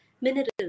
minerals